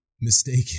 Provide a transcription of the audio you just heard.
mistaken